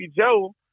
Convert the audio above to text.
Joe